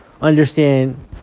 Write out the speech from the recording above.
understand